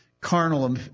carnal